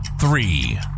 three